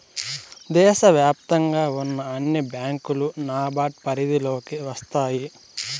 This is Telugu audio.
దేశ వ్యాప్తంగా ఉన్న అన్ని బ్యాంకులు నాబార్డ్ పరిధిలోకి వస్తాయి